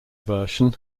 version